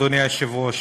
אדוני היושב-ראש,